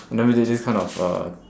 I never did this kind of uh